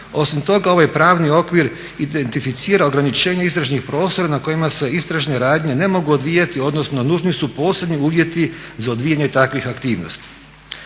Osim toga ovaj pravni okvir identificira ograničenje istražnih prostora na kojima se istražne radnje ne mogu odvijati odnosno nužni su posebni uvjeti za odvijanje takvih aktivnosti.